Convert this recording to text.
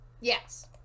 Yes